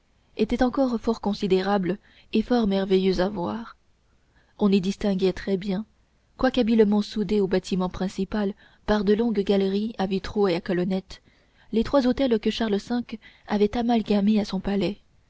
était encore fort considérable et fort merveilleux à voir on y distinguait très bien quoique habilement soudés au bâtiment principal par de longues galeries à vitraux et à colonnettes les trois hôtels que charles v avait amalgamés à son palais